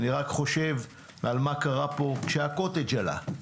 אני רק חושב מה קרה פה כשהקוטג' עלה.